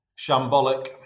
shambolic